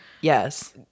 yes